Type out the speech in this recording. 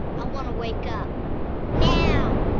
i want to wake up now.